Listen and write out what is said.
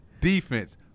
defense